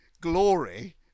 glory